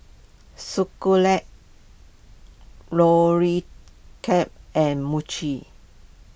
and Mochi